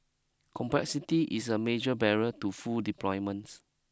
complexity is a major barrier to full deployments